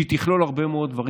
שתכלול הרבה מאוד דברים.